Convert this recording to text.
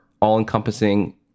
all-encompassing